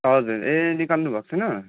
हजुर ए निकाल्नुभएको थिएन